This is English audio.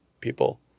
people